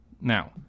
Now